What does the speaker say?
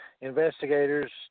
investigators